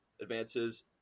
advances